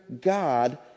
God